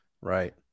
Right